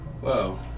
whoa